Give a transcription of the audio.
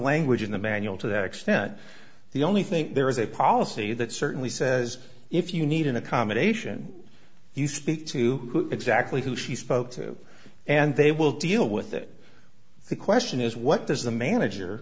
language in the manual to that extent the only think there is a policy that certainly says if you need an accommodation you speak to exactly who she spoke to and they will deal with it the question is what does the manager